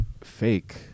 fake